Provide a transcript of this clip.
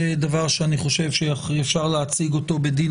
זה דבר שאני חושב שאפשר להציג אותו בדין